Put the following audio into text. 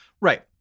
Right